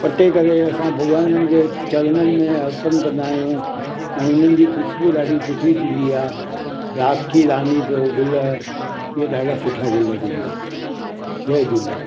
पटे करे असां भॻिवाननि जे चरणनि में अर्पण कंदा आहियूं ऐं उन्हनि जी ख़ुशबू ॾाढी सुठी थींदी आहे राति की रानी जो गुल इहा ॾाढा सुठा गुल थींदा आहिनि जय झूले